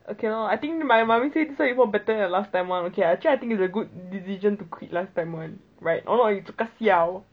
okay lor I think my mummy say this time you work better than last time [one] okay actually I think it is a good decision to quit last time [one] right or not you zou ka siao